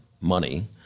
money